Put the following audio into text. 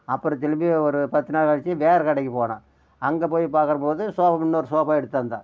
அப்புறம் திருப்பியும் ஒரு பத்து நாள் கழித்து வேறு கடைக்கு போனேன் அங்கே போய் பார்க்கறம் போது சோபா இன்னொரு சோபா எடுத்து வந்தேன்